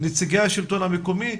גם נציגי השלטון המקומי.